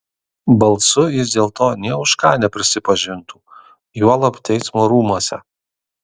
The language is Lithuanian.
balsu jis dėl to nė už ką neprisipažintų juolab teismo rūmuose